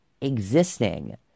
existing